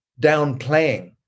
downplaying